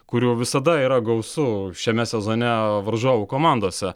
kurių visada yra gausu šiame sezone varžovų komandose